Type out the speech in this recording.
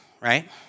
right